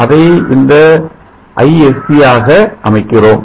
அதை இந்த Isc ஆக அமைக்கிறோம்